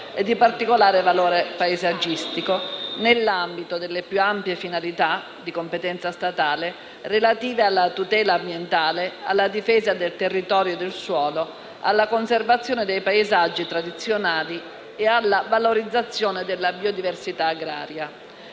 e di particolare valore paesaggistico, nell'ambito delle più ampie finalità, di competenza statale, relative alla tutela ambientale, alla difesa del territorio e del suolo, alla conservazione dei paesaggi tradizionali e alla valorizzazione della biodiversità agraria.